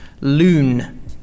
loon